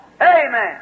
Amen